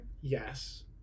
Yes